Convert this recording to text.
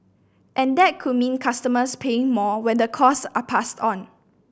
and that could mean customers paying more when the costs are passed on